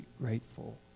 grateful